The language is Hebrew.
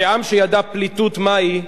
כעם שידע פליטות מהי,